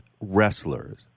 wrestlers